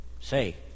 Say